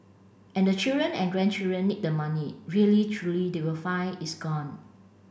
and the children and grandchildren need the money really truly they will find it's gone